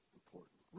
important